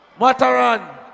Mataran